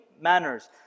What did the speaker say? manners